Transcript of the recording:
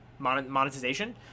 monetization